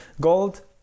Gold